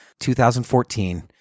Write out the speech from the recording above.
2014